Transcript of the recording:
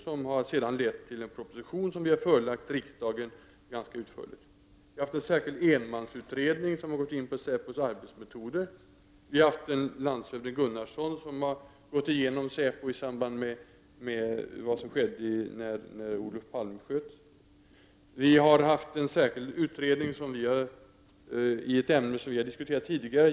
Den har lett till en proposition som vi har förelagt riksdagen. Vi har haft en enmansutredning som gick in på säpos arbetsmetoder. Landshövding Gunnarsson har gått igenom säpos verksamhet i samband med det som skedde när Olof Palme sköts. Vi har haft en särskild utredning i ett ämne som vi har diskuterat här tidigare.